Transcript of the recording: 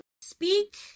Speak